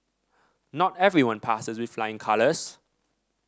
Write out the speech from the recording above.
not everyone passes with flying colours